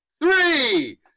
Three